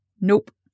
Nope